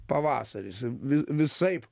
pavasaris vi visaip